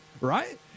right